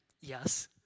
Yes